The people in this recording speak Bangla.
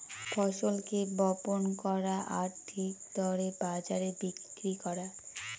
ফসলকে বপন করা আর ঠিক দরে বাজারে বিক্রি করা